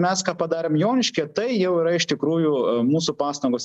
mes ką padarėme joniškyje tai jau yra iš tikrųjų mūsų pastangos